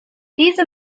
diese